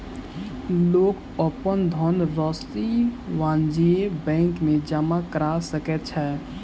लोक अपन धनरशि वाणिज्य बैंक में जमा करा सकै छै